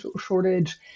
shortage